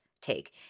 take